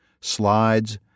Slides